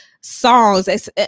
songs